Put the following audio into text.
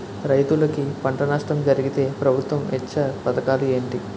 రైతులుకి పంట నష్టం జరిగితే ప్రభుత్వం ఇచ్చా పథకాలు ఏంటి?